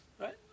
right